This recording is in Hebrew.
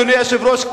אדוני היושב-ראש,